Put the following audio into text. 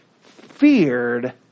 feared